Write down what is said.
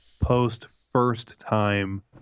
post-first-time